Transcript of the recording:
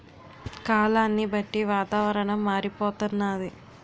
కాలాన్ని బట్టి వాతావరణం మారిపోతన్నాది